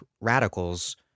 radicals